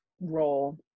role